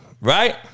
Right